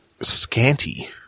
Scanty